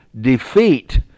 defeat